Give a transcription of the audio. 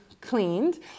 cleaned